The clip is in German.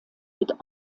mit